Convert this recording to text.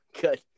Good